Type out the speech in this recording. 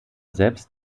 selbst